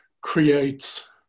creates